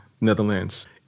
Netherlands